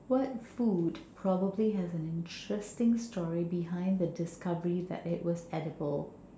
what food probably has an interesting story behind the discovery that it was edible